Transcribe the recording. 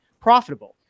profitable